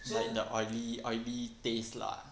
like the oily oily taste lah